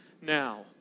now